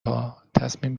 ها، تصمیم